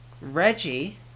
Reggie